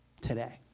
today